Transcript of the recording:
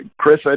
Chris